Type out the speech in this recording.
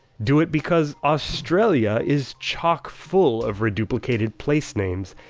do it because australia is chock full of reduplicated place names.